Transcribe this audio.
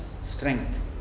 strength